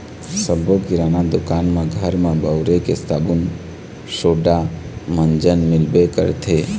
सब्बो किराना दुकान म घर म बउरे के साबून सोड़ा, मंजन मिलबे करथे